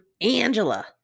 angela